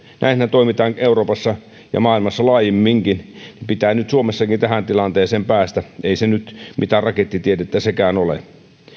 näinhän toimitaan euroopassa ja maailmassa laajemminkin pitää nyt suomessakin tähän tilanteeseen päästä ei sekään nyt mitään rakettitiedettä ole